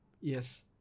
Yes